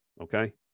okay